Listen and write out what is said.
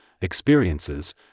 experiences